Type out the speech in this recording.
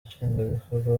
nshingwabikorwa